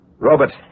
Robert